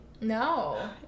No